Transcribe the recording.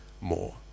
more